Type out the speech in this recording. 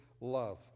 love